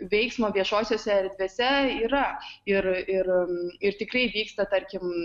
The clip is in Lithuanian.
veiksmo viešosiose erdvėse yra ir ir ir tikrai vyksta tarkim